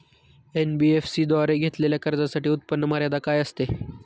NBFC द्वारे घेतलेल्या कर्जासाठी उत्पन्न मर्यादा काय असते?